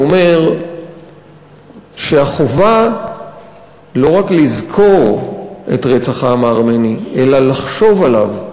ואומר שהחובה היא לא רק לזכור את רצח העם הארמני אלא לחשוב עליו,